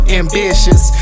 ambitious